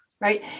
right